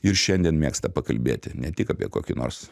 ir šiandien mėgsta pakalbėti ne tik apie kokį nors